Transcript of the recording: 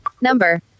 Number